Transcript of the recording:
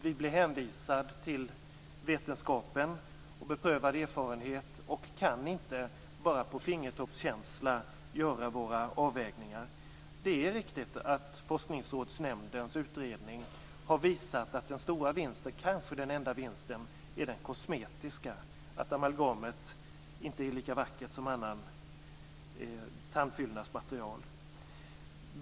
Vi blir hänvisade till vetenskap och beprövad erfarenhet och kan inte bara på fingertoppskänsla göra våra avvägningar. Det är riktigt att Forskningsrådsnämndens utredning har visat att den stora vinsten, kanske den enda vinsten, är den kosmetiska, att amalgamet inte är lika vackert som annat tandfyllnadsmaterial.